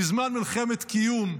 בזמן מלחמת קיום,